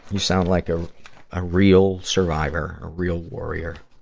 you sound like ah a real survivor, a real warrior.